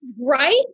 right